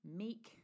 meek